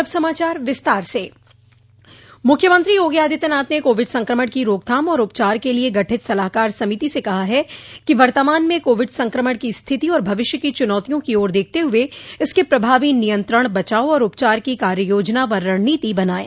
अब समाचार विस्तार से मुख्यमंत्री योगी आदित्यनाथ ने कोविड संक्रमण की रोकथाम और उपचार के लिये गठित सलाहकार समिति से कहा है कि वर्तमान में कोविड संक्रमण की स्थिति और भविष्य की चुनौतियों की ओर देखते हुए इसके प्रभावी नियंत्रण बचाव और उपचार की कार्य योजना व रणनीति बनाये